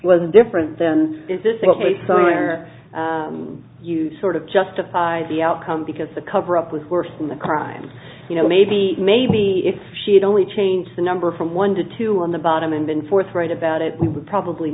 was different then is this a sign or you sort of justify the outcome because the cover up was worse than the crime you know maybe maybe if she'd only change the number from one to two on the bottom and been forthright about it we would probably